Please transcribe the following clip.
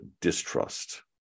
distrust